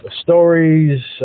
stories